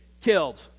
killed